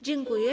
Dziękuję.